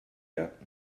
yet